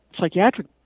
psychiatric